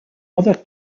other